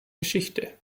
geschichte